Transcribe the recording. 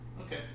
Okay